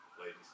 ladies